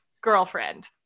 girlfriend